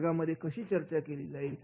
वर्गामध्ये कशी चर्चा केली जाईल